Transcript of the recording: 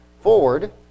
forward